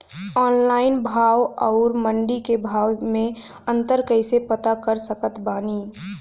Online भाव आउर मंडी के भाव मे अंतर कैसे पता कर सकत बानी?